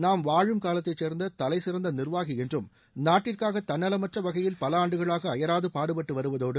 நாம் வாழும் காலத்தைச் சேர்ந்த தலைசிறந்த நிர்வாகி என்றும் நாட்டிற்காக தன்னலமற்ற வகையில் பல ஆண்டுகளாக அயராது பாடுபட்டு வருவதோடு